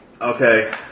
Okay